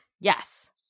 Yes